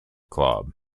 club